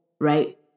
right